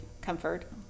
comfort